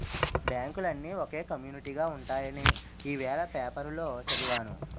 బాంకులన్నీ ఒకే కమ్యునీటిగా ఉంటాయని ఇవాల పేపరులో చదివాను